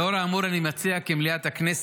לאור האמור, אני מציע כי מליאת הכנסת